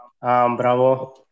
Bravo